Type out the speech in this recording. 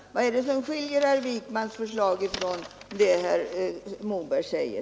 Vad är det då som skiljer herr Wijkmans förslag från det herr Moberg säger?